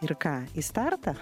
ir ką į startą